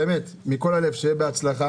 באמת, מכל הלב שיהיה בהצלחה.